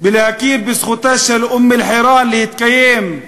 בלהכיר בזכותה של אום-אלחיראן להתקיים,